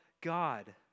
God